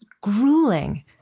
grueling